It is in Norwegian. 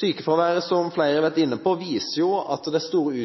Sykefraværet, som flere har vært inne på, viser at det er store